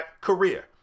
career